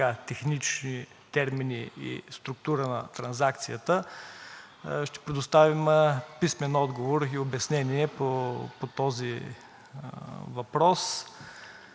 технически термини и структура на трансакцията, ще предоставим писмен отговор и обяснение по този въпрос